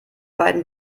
beiden